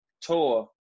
tour